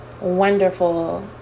wonderful